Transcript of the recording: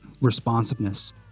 Responsiveness